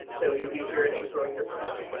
so we will be here in a growing year from now.